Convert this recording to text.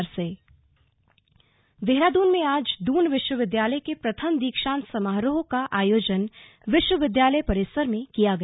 slug दीक्षांत समारोह देहरादून में आज दून विश्वविद्यालय के प्रथम दीक्षांत समारोह का आयोजन विश्व विद्यालय परिसर में किया गया